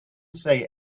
say